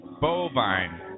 Bovine